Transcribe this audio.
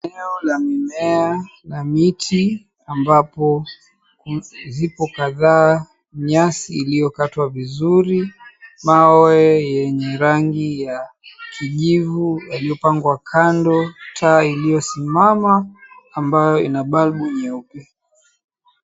Eneo la mimea na viti ambapo zipo kadhaa, nyasi iliyokatwa vizuri, mawe yenye rangi ya kijivu yaliyopangwa kando, taa iliyosimama ambayo ina balbu nyeupe.